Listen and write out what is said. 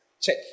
check